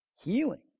Healing